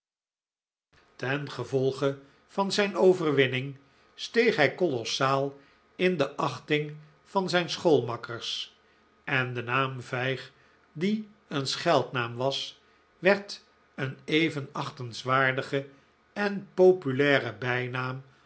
ten gevolge van zijn overwinning steeg hij kolossaal in de achting van zijn schoolmakkers en de naam vijg die een scheldnaam was werd een even achtenswaardige en populaire bijnaam